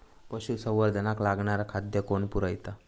पशुसंवर्धनाक लागणारा खादय कोण पुरयता?